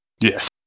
Yes